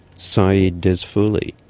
saeed dezfouli,